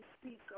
speak